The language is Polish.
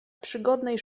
przygodnej